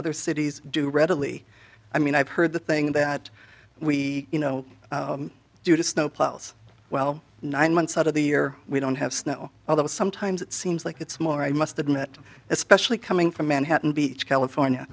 other cities do readily i mean i've heard the thing that we you know due to snow plows well nine months out of the year we don't have snow although sometimes it seems like it's more i must admit especially coming from manhattan beach california